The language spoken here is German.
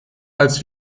als